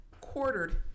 quartered